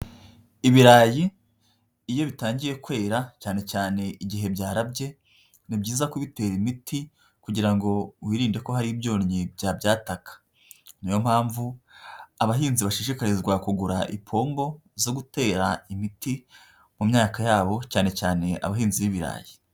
Ibirayi iyo bitangiye kwera cyane cyane igihe byarabye ni byiza kubitera imiti kugira ngo wirinde ko hari ibyonnyi bya byataka, niyo mpamvu abahinzi bashishikarizwa kugura ipombo zo gutera imiti mu myaka yabo cyane cyane abahinzi b'ibirayi.